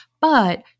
but-